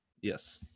Yes